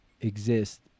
exist